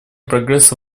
прогресса